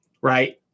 right